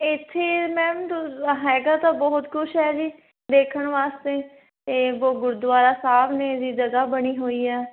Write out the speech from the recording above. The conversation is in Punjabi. ਇੱਥੇ ਮੈਮ ਹੈਗਾ ਤਾਂ ਬਹੁਤ ਕੁਛ ਹੈ ਜੀ ਦੇਖਣ ਵਾਸਤੇ ਅਤੇ ਗੁਰਦੁਆਰਾ ਸਾਹਿਬ ਨੇ ਦੀ ਜਗ੍ਹਾ ਬਣੀ ਹੋਈ ਹੈ